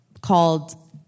called